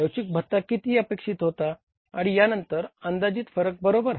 लवचिक भत्ता किती अपेक्षित होता आणि या नंतर अंदाजित फरक बरोबर